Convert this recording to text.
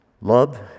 Love